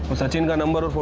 but sachin's number